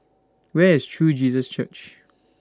Where IS True Jesus Church